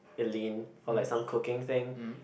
Eileen for like some cooking thing